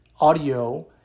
audio